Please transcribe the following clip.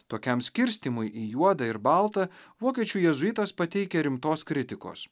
tokiam skirstymui į juodą ir baltą vokiečių jėzuitas pateikia rimtos kritikos